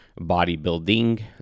bodybuilding